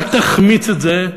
אל תחמיץ את זה,